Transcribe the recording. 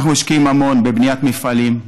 אנחנו משקיעים המון בבניית מפעלים,